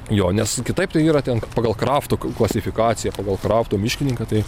jo nes kitaip tai yra ten pagal krafto klasifikaciją pagal krafto miškininką tai